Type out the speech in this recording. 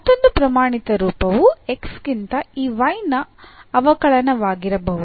ಮತ್ತೊಂದು ಪ್ರಮಾಣಿತ ರೂಪವು x ಗಿಂತ ಈ y ನ ಅವಕಲನವಾಗಿರಬಹುದು